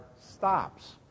stops